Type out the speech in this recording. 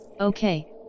Okay